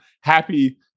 Happy